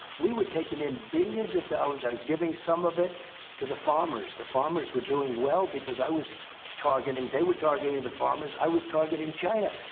we were taking in billions of dollars. i was giving some of it to the farmers. the farmers were doing well because i was targeting they were targeting the farmers. i was targeting china.